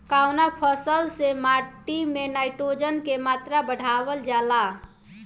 कवना फसल से माटी में नाइट्रोजन के मात्रा बढ़ावल जाला?